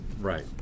Right